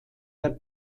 der